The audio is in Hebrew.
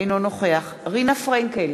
אינו נוכח רינה פרנקל,